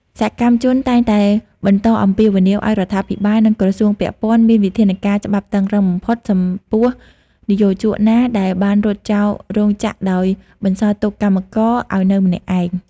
សកម្មជនតែងតែបន្តអំពាវនាវឱ្យរដ្ឋាភិបាល និងក្រសួងពាក់ព័ន្ធមានវិធានការច្បាប់តឹងរ៉ឹងបំផុតចំពោះនិយោជកណាដែលបានរត់ចោលរោងចក្រដោយបន្សល់ទុកកម្មករឱ្យនៅម្នាក់ឯង។